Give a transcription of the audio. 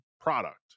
product